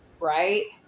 right